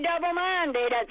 double-minded